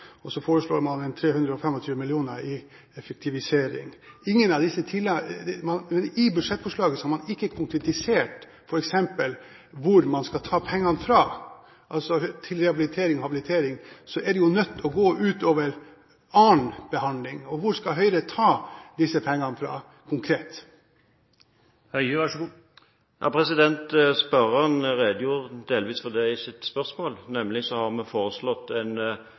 og så foreslår man 325 mill. kr i effektivisering. I budsjettforslaget har man f.eks. ikke konkretisert hvor man skal ta pengene fra til rehabilitering og habilitering. Det er nødt til å gå ut over annen behandling, og hvor skal Høyre konkret ta disse pengene fra? Spørreren redegjorde delvis for det i sitt spørsmål. Vi har nemlig foreslått en